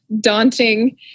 daunting